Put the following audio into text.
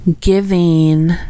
giving